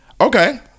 okay